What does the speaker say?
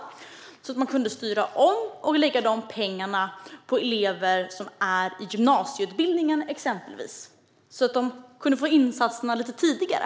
Man kunde alltså styra om och lägga dessa pengar på elever som utbildas inom till exempel gymnasieutbildningen. På det sättet kunde insatserna komma lite tidigare.